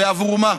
ועבור מה?